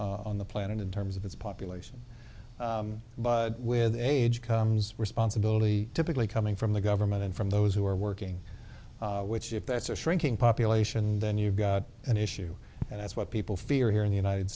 country on the planet in terms of its population but with age comes responsibility typically coming from the government and from those who are working which if that's a shrinking population then you've got an issue and that's what people fear here in the united